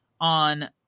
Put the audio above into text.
on